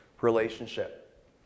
relationship